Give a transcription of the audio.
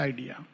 Idea